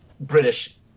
British